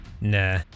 Nah